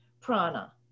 prana